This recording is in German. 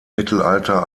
mittelalter